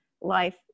life